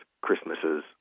Christmases